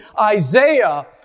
Isaiah